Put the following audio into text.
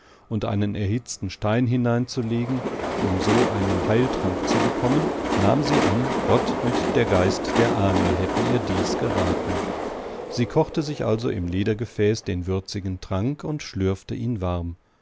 und einen erhitzten stein hineinzulegen um so einen heiltrank zu bekommen nahm sie an gott und der geist der ahnl hätten ihr dies geraten sie kochte sich also im ledergefäß den würzigen trank und schlürfte ihn warm